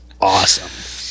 awesome